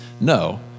no